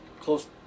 close